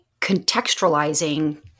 contextualizing